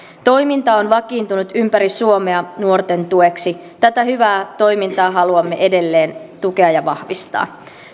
toiminta on vakiintunut ympäri suomea nuorten tueksi tätä hyvää toimintaa haluamme edelleen tukea ja vahvistaa